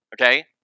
Okay